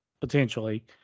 potentially